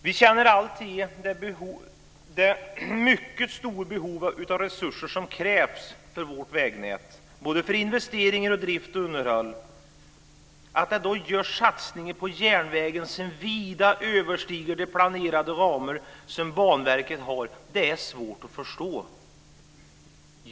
Vi känner till det mycket stora behov av resurser som finns för vårt vägnät, både för investeringar och för drift och underhåll. Att det då görs satsningar på järnvägen som vida överstiger Banverkets planerade ramar är svårt att förstå.